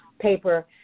paper